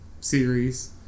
series